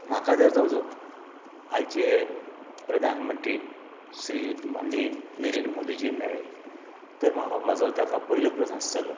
म्हाका जर ताजो आयचें प्रधानमंत्री श्री माननीय नरेंद्र मोदीजींक मेळ्ळे तर म्हाका ताजो ताका पयलो प्रस्न आसतलो